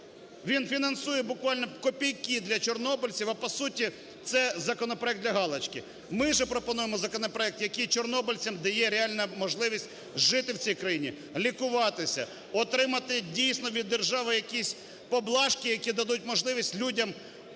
Він фінансує буквально копійки для чорнобильців, а, по суті, це законопроект для галочки. Ми же пропонуємо законопроект, який чорнобильцям дає реально можливість жити в цій країні, лікуватися, отримати дійсно від держави якісь поблажки, які дадуть можливість людям